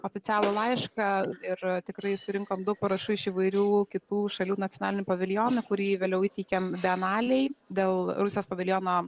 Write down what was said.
oficialų laišką ir tikrai surinkom daug parašų iš įvairių kitų šalių nacionalinių paviljonų kurį vėliau įteikėm bienalei dėl rusijos paviljono